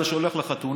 כשהיית הולך לחתונה,